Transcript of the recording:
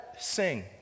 sing